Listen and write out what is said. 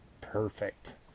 perfect